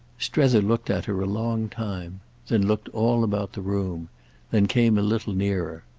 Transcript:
strether looked at her a long time then looked all about the room then came a little nearer.